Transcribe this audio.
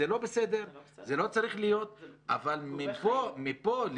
זה לא בסדר, זה לא צריך להיות אבל מפה לסגור?